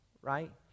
right